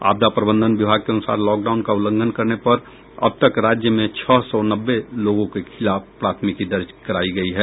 आपदा प्रबंधन विभाग के अनुसार लॉकडाउन का उल्लंघन करने पर अब तक राज्य में छह सौ नब्बे लोगों के खिलाफ प्राथमिकी दर्ज कराई गई है